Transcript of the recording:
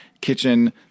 kitchen